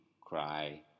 cry